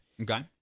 Okay